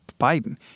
Biden